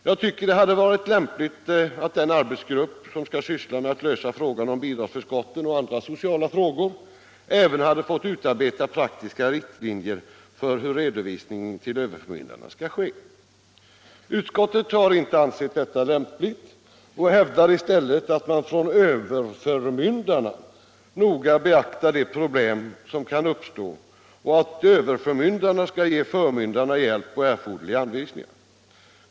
Jag tycker att det hade varit lämpligt att den arbetsgrupp, som skall syssla med att lösa frågan om bidragsförskotten och andra sociala frågor, även hade fått utarbeta praktiska riktlinjer för hur redovisningen till överförmyndarna skall ske. Utskottet har inte ansett detta lämpligt och hävdar i stället att man från överförmyndarna noga skall beakta de problem som kan uppstå och att överförmyndarna skall ge förmyndarna hjälp och erforderliga anvisningar.